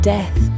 Death